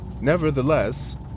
Nevertheless